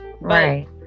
Right